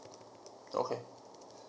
okay